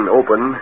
open